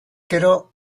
gero